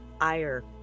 ire